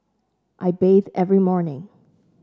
I bathe every morning